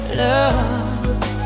love